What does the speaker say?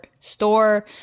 Store